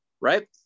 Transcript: right